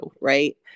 right